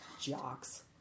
Jocks